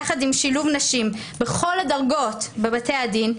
יחד עם שילוב נשים בכל הדרגות בבתי הדין,